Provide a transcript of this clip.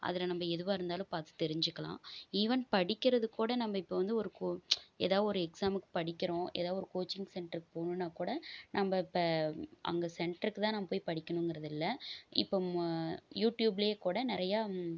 அதில் நம்ப எதுவாக இருந்தாலும் பார்த்து தெரிஞ்சிக்கலாம் ஈவன் படிக்கிறதுக்கு கூட நம்ம இப்போ வந்து ஒரு கோ ஏதாவது ஒரு எக்ஸாமுக்கு படிக்கிறோம் ஏதாவது ஒரு கோச்சிங் சென்டர்க்கு போகணுன்னா கூட நம்ப இப்போ அங்கே சென்டருக்கு தான் நம்ம போய் படிக்கணுங்கிறதில்லை இப்போ யூடியூப்லயே கூட நிறையா